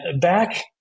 back